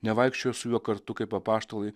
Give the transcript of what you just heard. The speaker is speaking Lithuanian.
nevaikščiojo su juo kartu kaip apaštalai